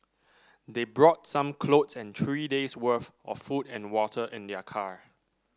they brought some clothes and three days' worth of food and water in their car